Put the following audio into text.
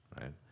Right